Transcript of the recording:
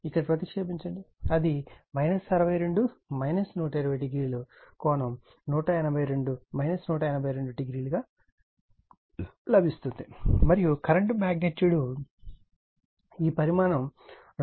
ఇక్కడ ప్రతిక్షేపించండి అది 62 120 కోణం 182o గా లభిస్తుంది మరియు కరెంట్ మ్యాగ్నెట్యూడ్ ఈ పరిమాణం 2